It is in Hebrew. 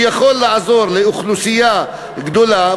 שיכול לעזור לאוכלוסייה גדולה.